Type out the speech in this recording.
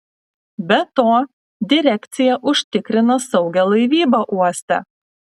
be to direkcija užtikrina saugią laivybą uoste